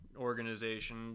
organization